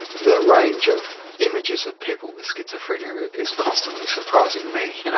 the range of images of people with schizophrenia is constantly surprising me.